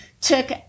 took